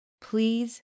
Please